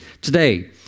today